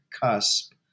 cusp